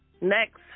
Next